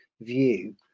view